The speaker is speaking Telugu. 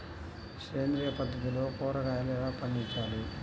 సేంద్రియ పద్ధతిలో కూరగాయలు ఎలా పండించాలి?